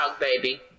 baby